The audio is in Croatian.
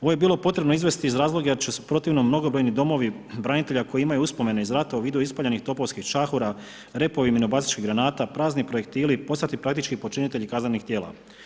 Ovo je bilo potrebno izvesti iz razloga jer će se u protivnom mnogobrojni domovi branitelja koji imaju uspomene iz rata u vidu ispaljenih topovskih čahura, repovi minobacačkih granata, prazni projektili postati praktički počinitelji kaznenih djela.